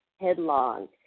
headlong